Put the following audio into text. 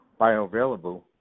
bioavailable